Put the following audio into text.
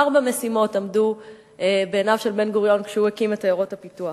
ארבע משימות עמדו לנגד עיניו של בן-גוריון כשהוא הקים את עיירות הפיתוח: